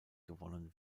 gewonnen